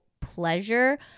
pleasure